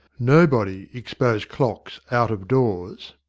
nobody exposed clocks out of doors,